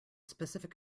specific